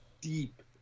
deep